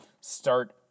start